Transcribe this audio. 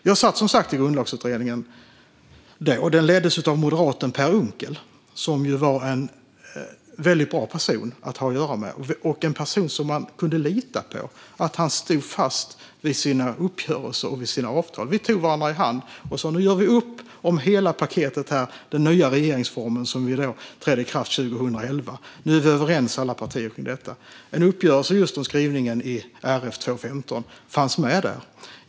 Jag satt som sagt med i Grundlagsutredningen som leddes av moderaten Per Unckel, som var en mycket bra person att ha att göra med. Det var en person som man kunde lita på stod fast vid sina uppgörelser och sina avtal. Vi tog varandra i hand och sa att vi skulle göra upp om hela paketet - den nya regeringsformen som trädde i kraft 2011. Nu är alla partier överens om detta. En uppgörelse just om skrivningen i 2 kap. 15 § regeringsformen fanns med där.